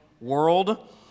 world